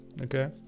okay